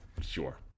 sure